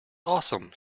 awesome